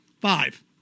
five